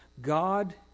God